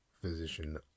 Physician